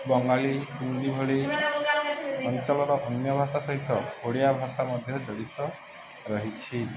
ବଙ୍ଗାଳୀ ହିନ୍ଦୀ ଭଳି ଅଞ୍ଚଳର ଅନ୍ୟ ଭାଷା ସହିତ ଓଡ଼ିଆ ଭାଷା ମଧ୍ୟ ଜଡ଼ିତ ରହିଛି